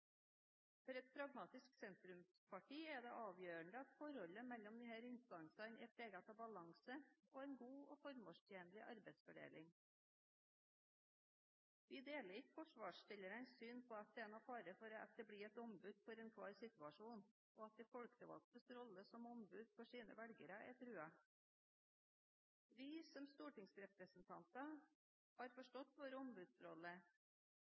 For et pragmatisk sentrumsparti er det avgjørende at forholdet mellom disse instansene er preget av balanse og en god og formålstjenlig arbeidsfordelig. Vi deler ikke forslagsstillerens syn på at det er fare for at det blir et ombud for enhver situasjon, og at de folkevalgtes rolle som ombud for sine velgere er truet. Vi som stortingsrepresentanter har forstått vår ombudsrolle.